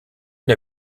une